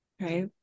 right